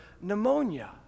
pneumonia